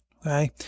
Okay